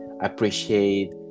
appreciate